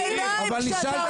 תענה עליה.